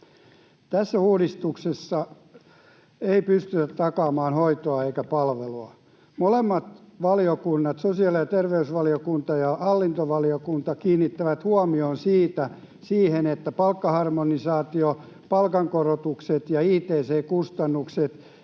Tässä uudistuksessa ei pystytä takaamaan hoitoa eikä palvelua. Molemmat valiokunnat, sosiaali- ja terveysvaliokunta ja hallintovaliokunta, kiinnittävät huomiota siihen, että palkkaharmonisaation, palkankorotusten ja ict-kustannusten